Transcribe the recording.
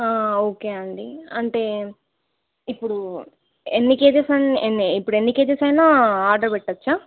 okay అండి అంటే ఇప్పుడు ఎన్ని కెజిస్ అ ఎన్ని ఇప్పుడు ఎన్ని కెజిస్ అయినా ఆర్డర్ పెట్టచ్చా